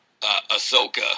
Ahsoka